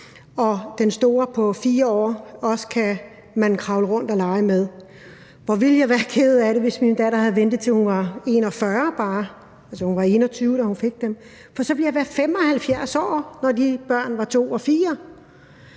og den store på 4 år kan man også kravle rundt og lege med. Hvor ville jeg være ked af det, hvis min datter bare havde ventet, til hun var 41 år – altså, hun var 21 år, da hun fik dem – for så ville jeg være 75 år, når de børn var 2 og 4